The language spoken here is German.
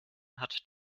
hat